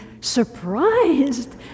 surprised